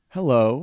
Hello